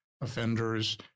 offenders